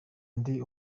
ndi